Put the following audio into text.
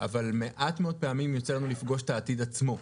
אבל מעט מאוד פעמים יוצא לנו לפגוש את העתיד עצמו.